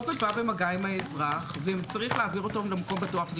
זאת בא במגע עם האזרח וצריך להעביר אותו למקום בטוח?